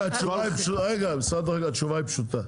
התשובה היא פשוטה.